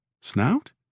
Snout